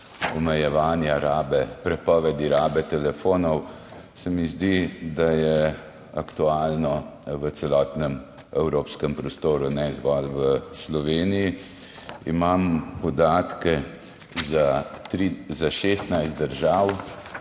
omejevanja rabe, prepovedi rabe telefonov se mi zdi, da je aktualno v celotnem evropskem prostoru in ne zgolj v Sloveniji, zato smo na